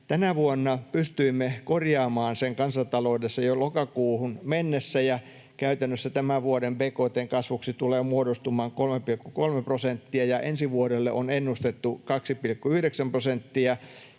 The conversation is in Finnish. Tänä vuonna pystyimme korjaamaan sen kansantaloudessa jo lokakuuhun mennessä, ja käytännössä tämän vuoden bkt:n kasvuksi tulee muodostumaan 3,3 prosenttia, ja ensi vuodelle on ennustettu 2,9 prosenttia,